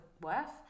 worth